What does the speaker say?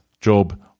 Job